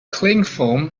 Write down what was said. clingfilm